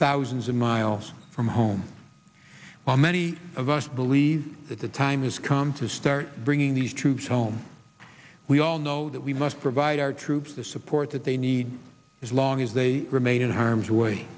thousands of miles from home by many of us believe that the time has come to start bringing these troops home we all know that we must provide our troops the support that they need as long as they remain in harm's way